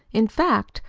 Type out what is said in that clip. in fact,